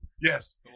Yes